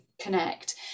connect